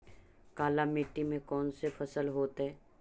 काला मिट्टी में कौन से फसल होतै?